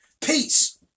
Peace